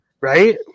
right